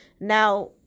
now